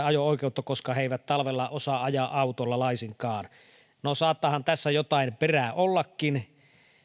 ajo oikeutta koska he eivät talvella osaa ajaa autolla laisinkaan no saattaahan tässä jotain perää ollakin